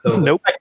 Nope